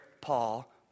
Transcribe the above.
Paul